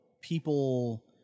people